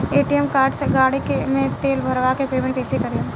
ATM card से गाड़ी मे तेल भरवा के पेमेंट कैसे करेम?